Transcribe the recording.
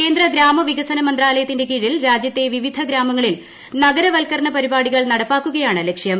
കേന്ദ്ര ഗ്രാമ വികസന മന്ത്രാലയത്തിന്റെ കീഴിൽ രാജ്യത്തെ വിവിധ ഗ്രാമങ്ങളിൽ നഗരവൽക്കരണ പരിപാടികൾ നടപ്പാക്കുകയാണ് ലക്ഷ്യം